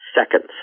seconds